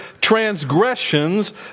transgressions